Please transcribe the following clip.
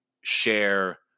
share